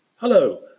Hello